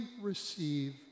receive